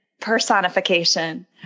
personification